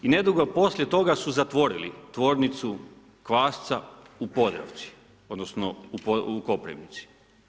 I nedugo poslije toga su zatvorili tvornicu Kvasca u Podravci odnosno u Koprivnici.